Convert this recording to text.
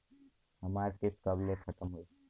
हमार किस्त कब ले खतम होई?